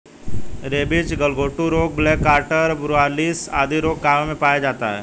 rabies, गलघोंटू रोग, black quarter, brucellosis आदि रोग गायों में पाया जाता है